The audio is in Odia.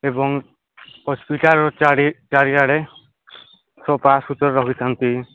ଏବଂ ହସ୍ପିଟାଲ୍ର ଚାରି ଚାରିଆଡ଼େ ସଫା ସୁତୁରା ରଖିଥାନ୍ତି